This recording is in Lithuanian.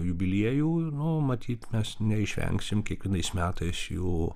jubiliejų nu matyti mes neišvengsim kiekvienais metais jų